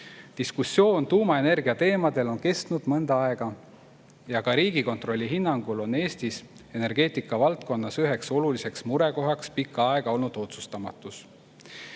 Diskussioon tuumaenergia teemadel on kestnud mõnda aega ja ka Riigikontrolli hinnangul on Eestis energeetikavaldkonnas üheks oluliseks murekohaks pikka aega olnud otsustamatus.